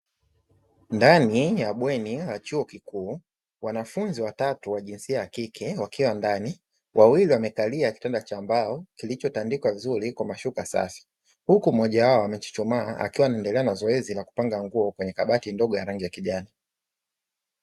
Ndani ya bweni la chuo kikuu wanafunzi watatu wa jinsia ya kike wakiwa ndani wawili wamekalia kitanda cha mbao kilichotandikwa vizuri kwa mashuka safi, huku mmoja wao amechuchuma akiwa anaendelea na zoezi la kupanga nguo kwenye kabati dogo la rangi ya kijani.